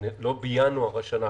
בינואר השנה,